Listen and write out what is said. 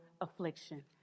affliction